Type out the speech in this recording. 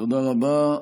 תודה רבה.